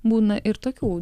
būna ir tokių